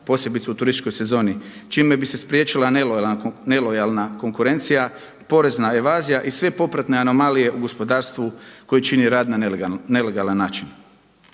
posebice u turističkoj sezoni čime bi se spriječila nelojalna konkurencija, porezna evazija i sve popratne anomalije u gospodarstvu koji čini rad na nelegalan način.